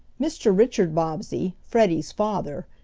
mr. richard bobbsey, freddie's father,